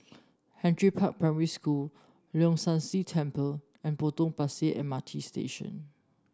Henry Park Primary School Leong San See Temple and Potong Pasir M R T Station